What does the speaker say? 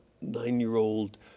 nine-year-old